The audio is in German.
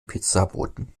pizzaboten